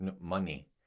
Money